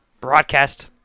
broadcast